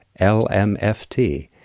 LMFT